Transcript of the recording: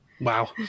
wow